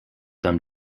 them